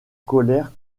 colère